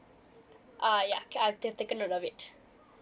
uh ya okay I've tak~ taken note of it